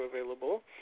available